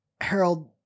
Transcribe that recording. Harold